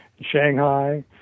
Shanghai